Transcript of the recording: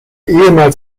ehemals